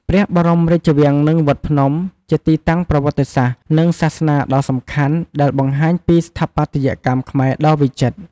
ព្រះបរមរាជវាំងនិងវត្តភ្នំ ជាទីតាំងប្រវត្តិសាស្ត្រ និងសាសនាដ៏សំខាន់ ដែលបង្ហាញពីស្ថាបត្យកម្មខ្មែរដ៏វិចិត្រ។